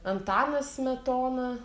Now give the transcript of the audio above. antanas smetona